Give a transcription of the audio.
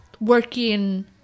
working